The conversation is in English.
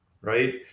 Right